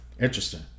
interesting